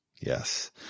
Yes